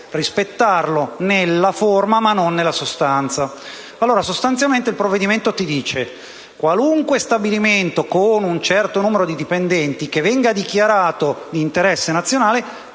rispettarlo nella forma, ma non nella sostanza. Allora, sostanzialmente, il provvedimento dice che qualunque stabilimento con un certo numero di dipendenti che venga dichiarato di interesse nazionale